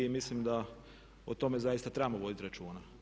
I mislim da o tome zaista trebamo voditi računa.